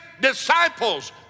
disciples